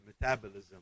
metabolism